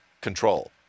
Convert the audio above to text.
control